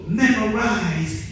memorize